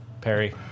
Perry